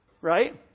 Right